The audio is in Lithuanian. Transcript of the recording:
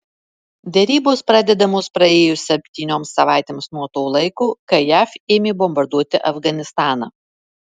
derybos pradedamos praėjus septynioms savaitėms nuo to laiko kai jav ėmė bombarduoti afganistaną